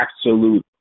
absolute